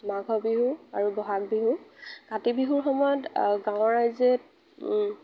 মাঘৰ বিহু আৰু ব'হাগ বিহু কাতি বিহুৰ সময়ত গাঁৱৰ ৰাইজে